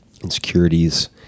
insecurities